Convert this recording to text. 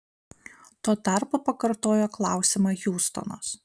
tuo tarpu pakartojo klausimą hjustonas